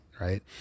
right